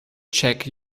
check